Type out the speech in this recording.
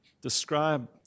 describe